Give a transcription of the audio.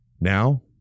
Now